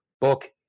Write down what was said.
book